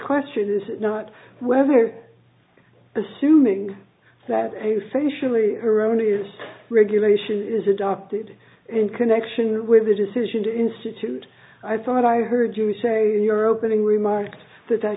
question is it not whether assuming that a same surely erroneous regulation is adopted in connection with the decision to institute i thought i heard you say your opening remarks that